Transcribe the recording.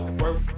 work